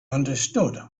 understood